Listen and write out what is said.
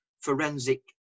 forensic